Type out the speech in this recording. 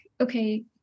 okay